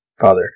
father